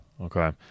Okay